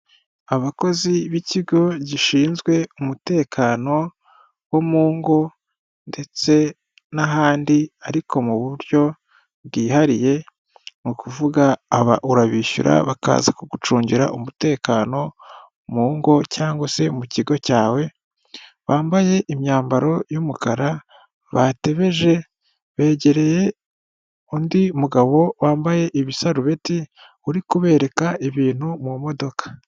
Abakozi b'ikigo gishinzwe umutekano wo mu ngo ndetse n'ahandi ariko mu buryo bwihariye; ni ukuvuga urabishyura bakaza kugucungira umutekano mu ngo cyangwa se mu kigo cyawe; bambaye imyambaro y'umukara batebeje; begereye undi mugabo wambaye ibisarubeti; uri kubereka ibintu mu modoka.